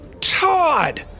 Todd